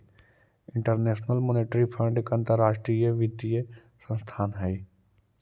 international monetary fund एक अंतरराष्ट्रीय वित्तीय संस्थान हई